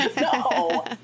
no